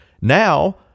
Now